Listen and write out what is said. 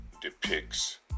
depicts